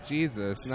Jesus